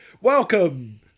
welcome